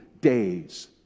days